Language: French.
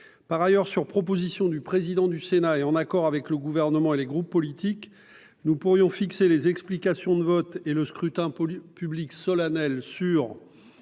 ainsi décidé. Sur proposition du président du Sénat et en accord avec le Gouvernement et les groupes politiques, nous pourrions fixer les explications de vote et le scrutin public solennel sur